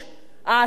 ההשמדה".